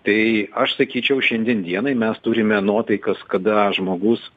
tai aš sakyčiau šiandien dienai mes turime nuotaikas kada žmogus